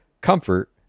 Comfort